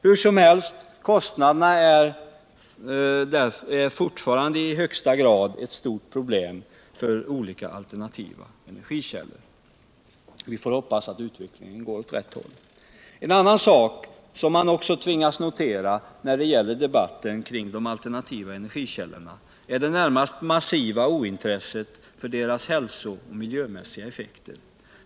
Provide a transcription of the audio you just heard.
Hur som helst är kostnaden för olika alternativa energikällor fortfarande i högsta grad ett stort problem. Vi får hoppas att utvecklingen går åt rätt håll. En annan sak som man också tvingas notera från debatten kring de alternativa energikällorna är det närmast massiva ointresset för deras hälsooch miljömässiga effekter.